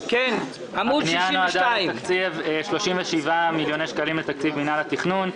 עמ' 62. הפנייה נועדה לתקצב 37 מיליוני שקלים לתקציב מינהל התכנון.